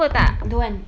don't want